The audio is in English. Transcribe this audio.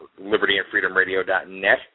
libertyandfreedomradio.net